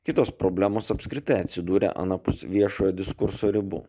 kitos problemos apskritai atsidūrė anapus viešojo diskurso ribų